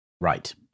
Right